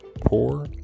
poor